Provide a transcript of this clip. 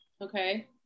Okay